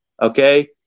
Okay